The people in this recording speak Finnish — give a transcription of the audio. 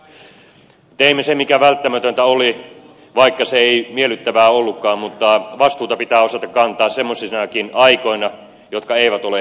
teimme sen mikä välttämätöntä oli vaikka se ei miellyttävää ollutkaan mutta vastuuta pitää osata kantaa semmoisinakin aikoina jotka eivät ole helppoja